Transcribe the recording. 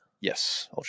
yes